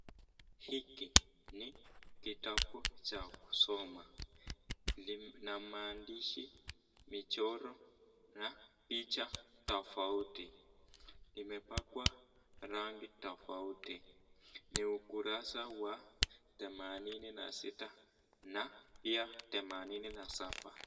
Hiki ni kitabu cha kusoma na maandishi michoro na picha tafauti, imepakwa rangi tofauti, ni ukurasa wa themanini na sita na pia themanini na saba.